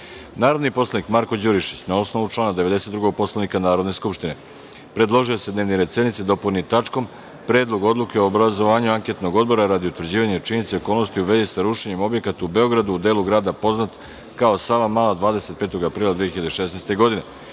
predlog. Narodni poslanik Marko Đurišić, na osnovu člana 92. Poslovnika Narodne skupštine, predložio je da se dnevni red sednice dopuni tačkom – Predlog odluke o obrazovanju anketnog odbora radi utvrđivanja činjenice okolnosti u vezi sa rušenjem objekata u Beogradu, u delu grada poznat kao Savamala, 25. aprila 2016. godini,